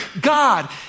God